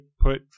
put